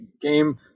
game